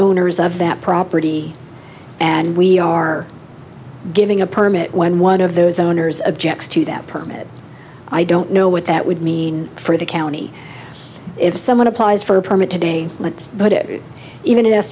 owners of that property and we are giving a permit when one of those owners objects to that permit i don't know what that would mean for the county if someone applies for a permit today let's but even i